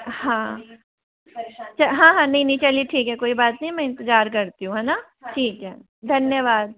हाँ हाँ हाँ नहीं नहीं चलिए ठीक है कोई बात नहीं मैं इंतजार करती हूँ है ना ठीक है धन्यवाद